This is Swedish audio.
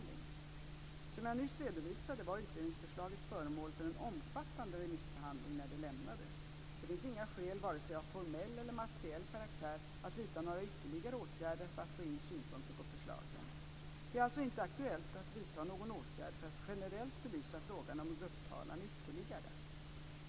Som jag nyss redovisade var utredningsförslaget föremål för en omfattande remissbehandling när det lämnades. Det finns inga skäl, vare sig av formell eller materiell karaktär, att vidta några ytterligare åtgärder för att få in synpunkter på förslagen. Det är alltså inte aktuellt att vidta någon åtgärd för att generellt belysa frågan om grupptalan ytterligare.